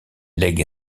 lègue